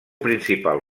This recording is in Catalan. principal